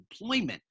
employment